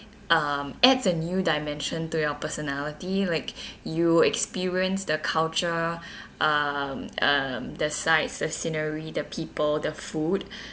um adds a new dimension to your personality like you experience the culture um um the sights the scenery the people the food